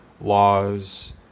laws